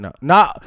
no